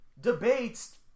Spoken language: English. debates